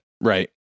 Right